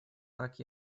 так